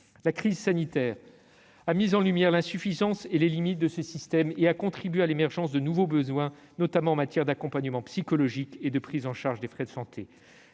La crise sanitaire a mis en lumière l'insuffisance et les limites de ce système et a contribué à l'émergence de nouveaux besoins, notamment en matière d'accompagnement psychologique et de prise en charge des frais de santé.